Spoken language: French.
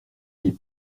les